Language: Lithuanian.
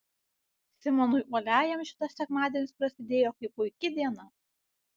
simonui uoliajam šitas sekmadienis prasidėjo kaip puiki diena